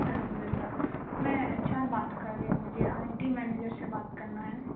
الحمد للہ میں ایچ آر بات کر رہی ہوں مجھے آئی ٹی منیجر سے بات کرنا ہے